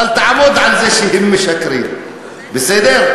אבל תעמוד על זה שהם משקרים, בסדר?